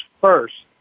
first